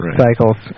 cycles